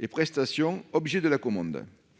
et prestations objets de la commande.